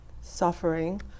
suffering